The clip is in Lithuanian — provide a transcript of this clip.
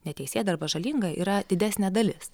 neteisėta arba žalinga yra didesnė dalis